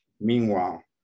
Meanwhile